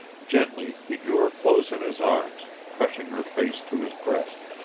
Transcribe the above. gently he drew her close in his arms, crushing her face to his breast,